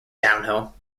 downhill